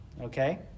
okay